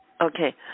Okay